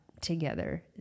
together